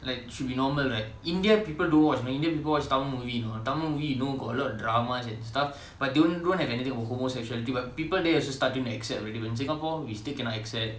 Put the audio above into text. like should be normal right indian people don't watch indian people watch tamil movie you know tamil movie you know got a lot dramas and stuff but don't don't have anything about homosexuality but people there also starting to accept already but in singapore we still cannot accept